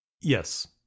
Yes